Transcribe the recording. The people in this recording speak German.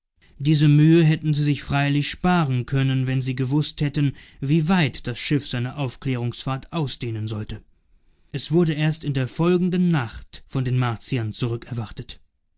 diese mühe hätten sie sich freilich sparen können wenn sie gewußt hätten wie weit das schiff seine aufklärungsfahrt ausdehnen sollte es wurde erst in der folgenden nacht von den martiern